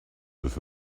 with